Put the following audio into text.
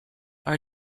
are